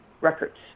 records